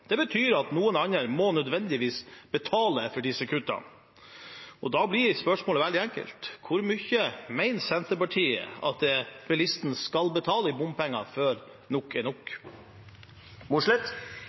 Det betyr at noen andre nødvendigvis må betale for disse kuttene. Da blir spørsmålet veldig enkelt: Hvor mye mener Senterpartiet at bilisten skal betale i bompenger før nok er